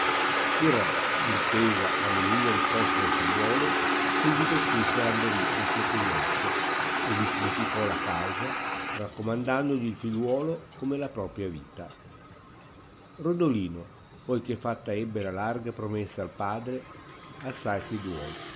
il re intesa la benigna risposta del figliuolo subito scrisse a lamberico suo cognato e li significò la causa raccomandandogli il figliuolo come la propria vita rodolino poi che fatta ebbe la larga promessa al padre assai si duolse